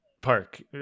Park